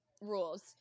Rules